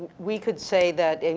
we could say that, in,